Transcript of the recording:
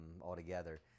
altogether